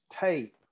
tape